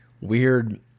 weird